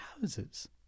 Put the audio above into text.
houses